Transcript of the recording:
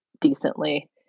Decently